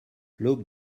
look